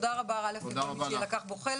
קודם כל תודה רבה לכל מי שלקח בו חלק.